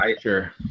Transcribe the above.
Sure